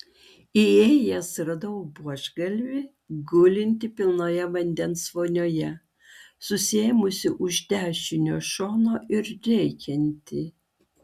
įėjęs radau buožgalvį gulintį pilnoje vandens vonioje susiėmusį už dešinio šono ir rėkiantį